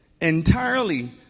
entirely